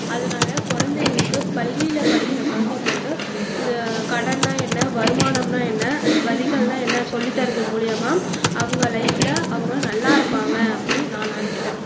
அதனால குழந்தைகளுக்கு பள்ளியில் படிக்கிற குழந்தைகளுக்கு இதை கடன்னால் என்ன வருமானம்னால் என்ன வரிகள்னால் என்ன சொல்லித்தரது மூலயமா அவங்க லைஃபில் அவங்க நல்லா இருப்பாங்க அப்படின்னு நான் நினைக்கிறேன்